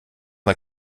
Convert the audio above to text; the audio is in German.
mal